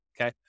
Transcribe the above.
Okay